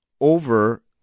over